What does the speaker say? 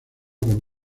con